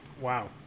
Wow